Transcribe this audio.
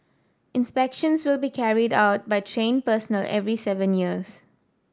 inspections will be carried out by trained personnel every seven years